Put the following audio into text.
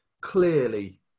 clearly